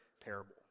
parable